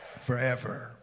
forever